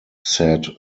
said